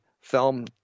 film